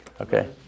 Okay